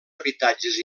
habitatges